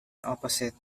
opposite